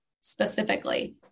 specifically